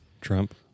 Trump